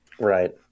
Right